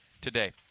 today